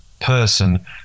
person